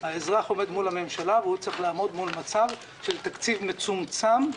האזרח עומד מול הממשלה והוא צריך לעמוד מול מצב של תקציב מצומצם,